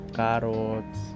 carrots